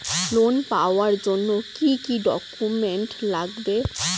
Loan পাওয়ার জন্যে কি কি ডকুমেন্ট লাগবে?